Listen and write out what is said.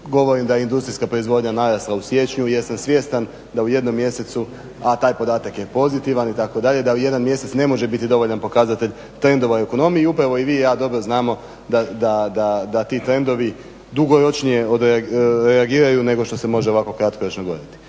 govorim da je industrijska proizvodnja narasla u siječnju jer sam svjestan da u jednom mjesecu, a taj podatak je pozitivan itd. da li jedan mjesec ne može biti dovoljan pokazatelj trendova u ekonomiji i upravo i vi i ja dobro znamo da ti trendovi dugoročnije odreagiraju nego što se može ovako kratkoročno gledati.